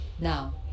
Now